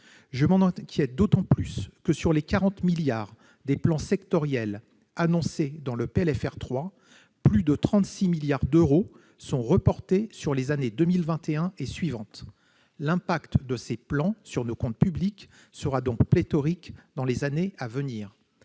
futures, ce d'autant plus que, sur les 40 milliards d'euros des plans sectoriels annoncés dans le PLFR 3, plus de 36 milliards d'euros sont reportés sur les années 2021 et suivantes. L'incidence de ces plans sur nos comptes publics sera donc massive dans les années à venir.